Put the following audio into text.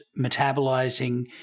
metabolizing